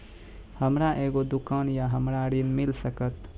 हमर एगो दुकान या हमरा ऋण मिल सकत?